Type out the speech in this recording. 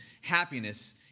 happiness